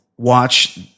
Watch